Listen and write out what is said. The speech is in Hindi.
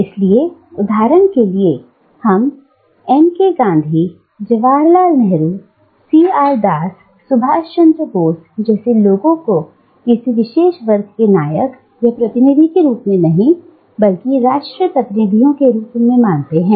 इसलिए उदाहरण के लिए हम एंट्री गांधी जवाहरलाल नेहरू सी आर दास सुभाष चंद्र बोस जैसे लोगों को किसी विशेष वर्ग के नायक या प्रतिनिधि के रूप में नहीं मानते बल्कि राष्ट्रीय प्रतिनिधियों के रूप में मानते हैं